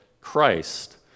Christ